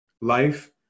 life